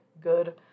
good